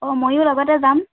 অঁ ময়ো লগতে যাম